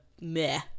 meh